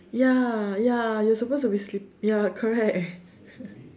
ya ya you're supposed to be sleep ya correct